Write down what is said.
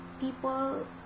people